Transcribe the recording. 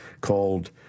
called